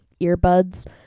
earbuds